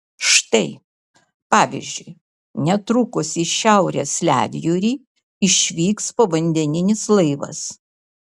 štai pavyzdžiui netrukus į šiaurės ledjūrį išvyks povandeninis laivas